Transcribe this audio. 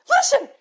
Listen